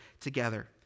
together